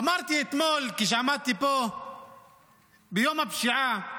אמרתי אתמול כשעמדתי פה ביום הפשיעה,